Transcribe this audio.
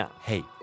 Hey